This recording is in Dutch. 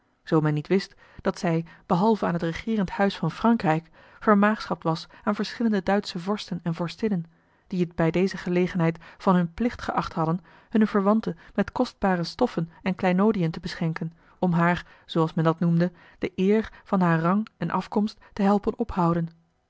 men niet wist dat zij behalve aan het regeerend huis van frankrijk vermaagschapt was aan verschillende duitsche vorsten en vorstinnen die het bij deze gelegendheid van hun plicht geacht hadden hunne verwante met kostbare stoffen en kleinoodiën te beschenken om haar zooals men dat noemde de eer van haar rang en afkomst te helpen ophouden